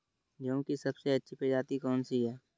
गेहूँ की सबसे अच्छी प्रजाति कौन सी है?